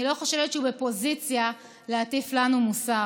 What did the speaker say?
אני לא חושבת שהוא בפוזיציה להטיף לנו מוסר.